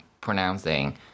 pronouncing